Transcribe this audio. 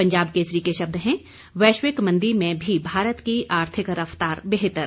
पंजाब केसरी के शब्द हैं वैश्विक मंदी में भी भारत की आर्थिक रफ्तार बेहतर